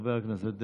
חבר הכנסת דרעי,